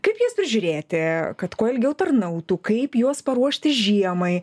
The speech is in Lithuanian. kaip juos prižiūrėti kad kuo ilgiau tarnautų kaip juos paruošti žiemai